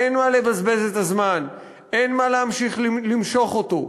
אין מה לבזבז את הזמן, אין מה להמשיך למשוך אותו.